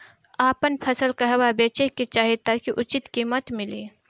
आपन फसल कहवा बेंचे के चाहीं ताकि उचित कीमत मिली?